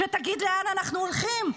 שתגיד לאן אנחנו הולכים?